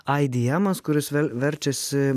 ai di emas kuris verčiasi